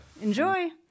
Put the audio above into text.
Enjoy